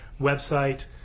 website